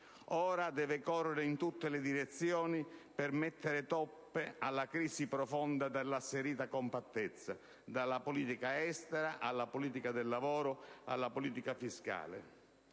Ora deve correre in tutte le direzioni per mettere toppe alla crisi profonda dell'asserita compattezza: dalla politica estera alla politica del lavoro, alla politica fiscale.